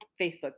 Facebook